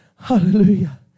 Hallelujah